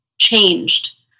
changed